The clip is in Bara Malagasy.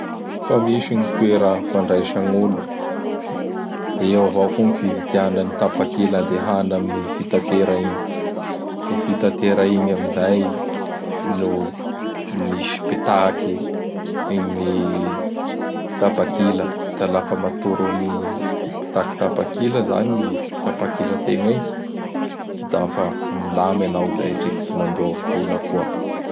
Fa misy gny teora fandraisa gn' olo. Eo avao gny fividiagna n tapakila handehana amin'ñy fitatera igny. I fitatera igny amin'izay no misy mpitaky gny tapakila. Da laha fa atoro gny mpitaky tapakila izany, i tapakila tegna igny; da fa milamy hanao izay ndreky tsy handoa vola koa.